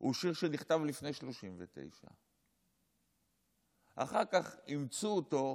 הוא שיר שנכתב לפני 1939. אחר כך אימצו אותו,